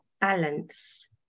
balance